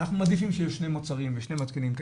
אנחנו מעדיפים שיהיו שני מוצרים ושני מתקינים,